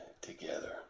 together